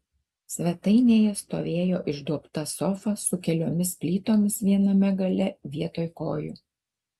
svetainėje stovėjo išduobta sofa su keliomis plytomis viename gale vietoj kojų